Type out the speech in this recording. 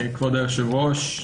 כבוד היושב-ראש,